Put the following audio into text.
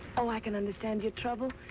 oh, i can understand your trouble.